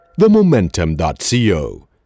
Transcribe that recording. TheMomentum.co